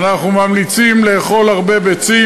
אנחנו ממליצים לאכול הרבה ביצים.